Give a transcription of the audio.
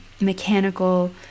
mechanical